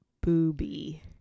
Booby